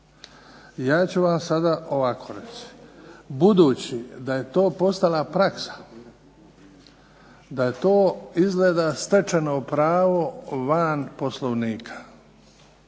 Ja ću vam sada ovako reći. Budući da je to postala praksa, da je to izgleda stečeno pravo van Poslovnika